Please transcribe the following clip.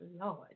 Lord